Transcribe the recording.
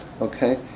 Okay